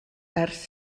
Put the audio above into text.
ers